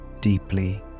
deeply